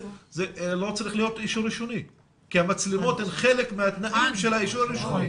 לא יהיה אישור ראשוני כי המצלמות הן חלק מהתנאים של האישור הראשוני.